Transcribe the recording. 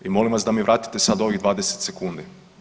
I molim vas da mi vratite sad ovih 20 sekundi.